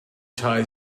tie